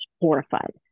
horrified